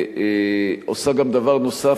ועושה גם דבר נוסף,